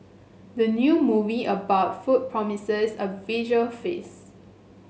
the new movie about food promises a visual feast